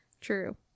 True